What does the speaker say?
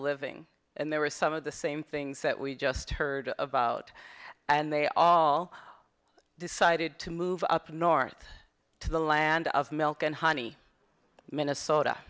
living and there were some of the same things that we just heard about and they all decided to move up north to the land of milk and honey minnesota